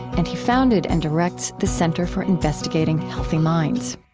and he founded and directs the center for investigating healthy minds